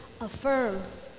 affirms